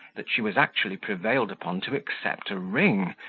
that she was actually prevailed upon to accept a ring,